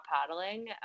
paddling